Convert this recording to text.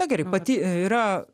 na gerai pati yra